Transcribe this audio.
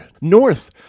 north